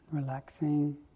relaxing